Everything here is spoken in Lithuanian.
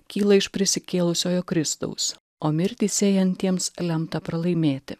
kyla iš prisikėlusiojo kristaus o mirtį sėjantiems lemta pralaimėti